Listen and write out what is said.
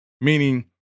Meaning